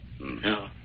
No